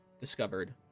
discovered